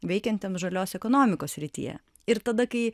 veikiantiems žalios ekonomikos srityje ir tada kai